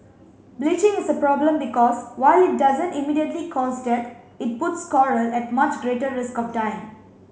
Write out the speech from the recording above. bleaching is a problem because while it doesn't immediately cause death it puts coral at much greater risk of dying